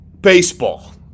Baseball